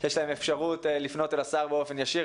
יש להם אפשרות לפנות אל השר באופן אישי.